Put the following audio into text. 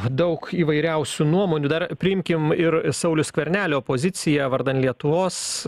daug įvairiausių nuomonių dar priimkim ir sauliaus skvernelio poziciją vardan lietuvos